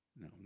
No